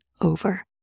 over